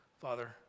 Father